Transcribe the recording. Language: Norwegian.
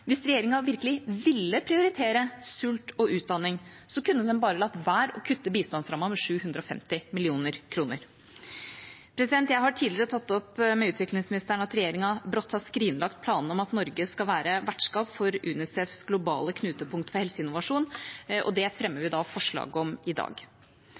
Hvis regjeringa virkelig ville prioritere sult og utdanning, kunne den bare latt være å kutte bistandsrammen med 750 mill. kr. Jeg har tidligere tatt opp med utviklingsministeren at regjeringa brått har skrinlagt planene om at Norge skal være vertskap for UNICEFs globale knutepunkt for helseinnovasjon, og det fremmer vi forslag om i dag.